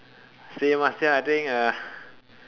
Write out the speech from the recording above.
same ah same I think uh